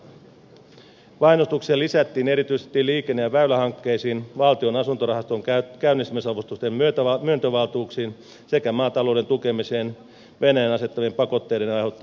panostuksia lisättiin erityisesti liikenne ja väylähankkeisiin valtion asuntorahaston käynnistämisavustusten myöntövaltuuksiin sekä maatalouden tukemiseen venäjän asettamien pakotteiden aiheuttamassa tilanteessa